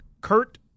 Kurt